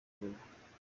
kuvura